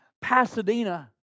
Pasadena